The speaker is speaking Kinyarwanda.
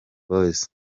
boys